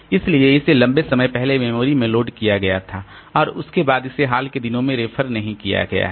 इसलिए इसे लंबे समय पहले मेमोरी में लोड किया गया था और उसके बाद इसे हाल के दिनों में रिफर नहीं किया गया है